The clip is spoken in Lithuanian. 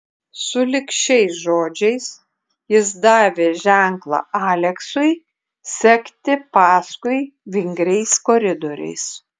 sulig šiais žodžiais jis davė ženklą aleksui sekti paskui vingriais koridoriais